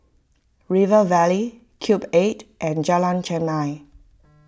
River Valley Cube eight and Jalan Chermai